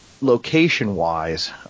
Location-wise